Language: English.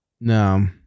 No